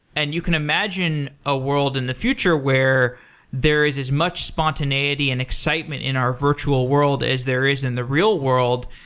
and you can imagine a world in the future where there is as much spontaneity and excitement in our virtual world as there is in the real world,